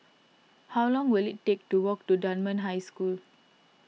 how long will it take to walk to Dunman High School